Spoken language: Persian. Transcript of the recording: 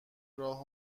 راهو